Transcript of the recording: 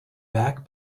back